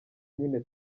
nyine